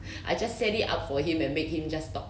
I just set it up for him and make him just talk